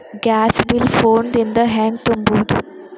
Gas bill phone ದಿಂದ ಹ್ಯಾಂಗ ತುಂಬುವುದು?